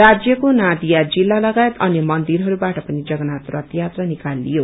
राज्यको नदिया जिल्ला लागायत अन्य मन्दिरहरूबाट पनि जगन्नागि रथ यात्रा निकालियो